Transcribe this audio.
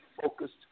focused